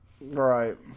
Right